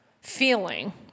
feeling